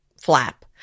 flap